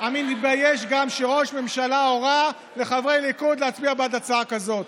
אני מתבייש גם שראש הממשלה הורה לחברי הליכוד להצביע בעד הצעה כזאת.